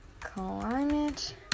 climate